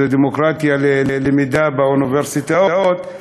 זו דמוקרטיה ללמידה באוניברסיטאות,